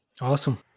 Awesome